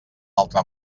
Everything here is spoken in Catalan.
altra